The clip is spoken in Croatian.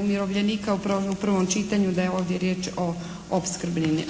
umirovljenika u prvom čitanju da je ovdje riječ o opskrbnini.